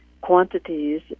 quantities